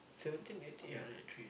seventeen eighteen ya three